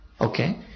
Okay